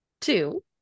two